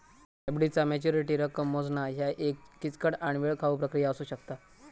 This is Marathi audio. एफ.डी चा मॅच्युरिटी रक्कम मोजणा ह्या एक किचकट आणि वेळखाऊ प्रक्रिया असू शकता